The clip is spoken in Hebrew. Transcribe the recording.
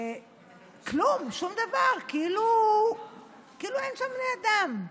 כלום, שום דבר, כאילו אין שם בני אדם.